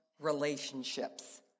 relationships